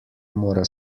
mora